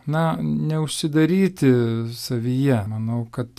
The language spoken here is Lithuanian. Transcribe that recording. na neužsidaryti savyje manau kad